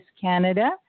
Canada